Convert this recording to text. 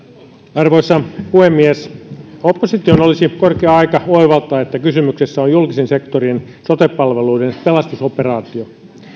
arvoisa puhemies opposition olisi korkea aika oivaltaa että kysymyksessä on julkisen sektorin sote palveluiden pelastusoperaatio